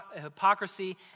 hypocrisy